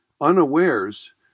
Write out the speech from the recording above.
unawares